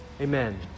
Amen